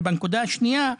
בנקודה השנייה,